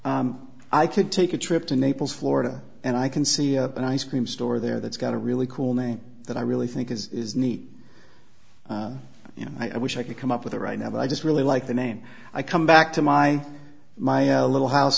premise i could take a trip to naples florida and i can see an ice cream store there that's got a really cool name that i really think is neat you know i wish i could come up with a right now but i just really like the name i come back to my my little house